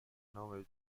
نام